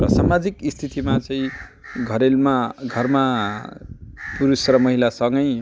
र समाजिक स्थितिमा चाहिँ घरैमा घरमा पुरुष र महिलासँगै